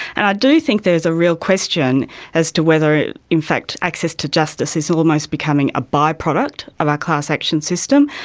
and i do think there's a real question as to whether in fact access to justice is almost becoming a by-product of our class action system,